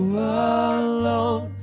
alone